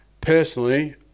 Personally